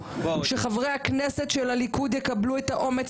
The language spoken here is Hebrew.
שחברי הכנסת של הליכוד יקבלו את האומץ